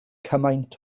cymaint